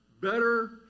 Better